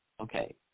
Okay